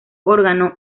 órgano